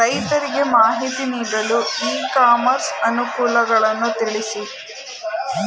ರೈತರಿಗೆ ಮಾಹಿತಿ ನೀಡಲು ಇ ಕಾಮರ್ಸ್ ಅನುಕೂಲಗಳನ್ನು ತಿಳಿಸಿ?